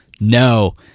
no